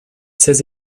seize